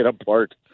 apart